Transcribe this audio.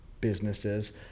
businesses